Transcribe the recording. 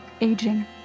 aging